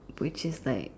which is like